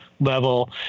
level